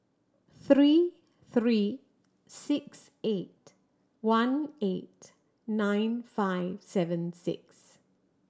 three three six eight one eight nine five seven six